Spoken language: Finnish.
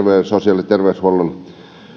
sosiaali ja terveyshuollon